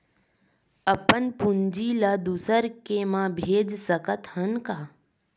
अपन पूंजी ला दुसर के मा भेज सकत हन का?